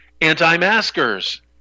anti-maskers